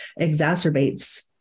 exacerbates